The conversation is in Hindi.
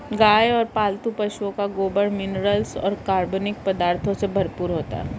गाय और पालतू पशुओं का गोबर मिनरल्स और कार्बनिक पदार्थों से भरपूर होता है